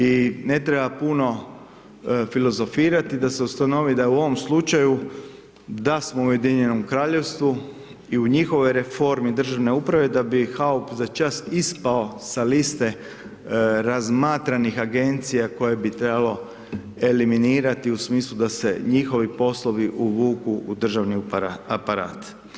I ne treba puno filozofirati da se ustanovi da u ovom slučaju da smo u Ujedinjenom Kraljevstvu i u njihovoj reformi državne uprave da bi HAOP za čas ispao sa liste razmatranih agencija koje bi trebalo eliminirati u smislu da se njihovi poslovi uvuku u državni aparat.